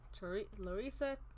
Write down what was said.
larissa